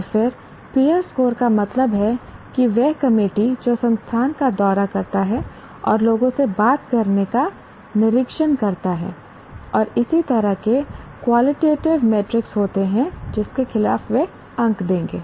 और फिर peer score का मतलब है कि वह कमेटी जो संस्थान का दौरा करता है और लोगों से बात करने का निरीक्षण करता है और इसी तरह वे क्वालिटेटिव मेट्रिक्स होते हैं जिसके खिलाफ वे अंक देंगे